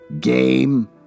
game